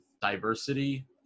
diversity